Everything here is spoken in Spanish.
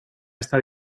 esta